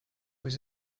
was